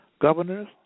governors